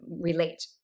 relate